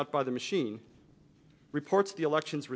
out by the machine reports the elections